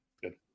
Good